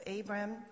Abram